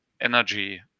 energy